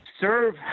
serve